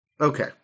okay